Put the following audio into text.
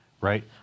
right